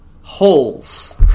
holes